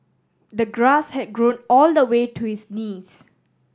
the grass had grown all the way to his knees